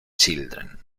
children